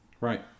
Right